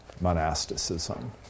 monasticism